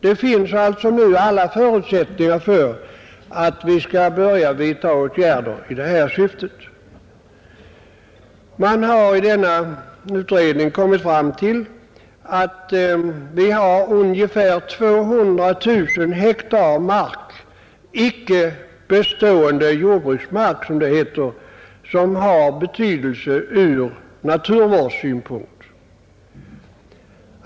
Det finns alltså nu alla förutsättningar för att vi skall börja vidta åtgärder i det här syftet. Man har i denna utredning kommit fram till att vi har ungefär 200 000 hektar ”icke bestående jordbruksmark” som äger betydelse ur naturvårdssynpunkt.